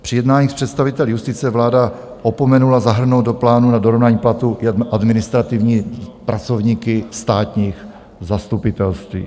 Při jednáních s představiteli justice vláda opomenula zahrnout do plánu na dorovnání platů administrativní pracovníky státních zastupitelství.